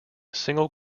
single